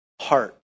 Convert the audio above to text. heart